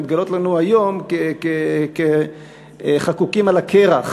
מתגלים לנו היום כחקוקים על הקרח,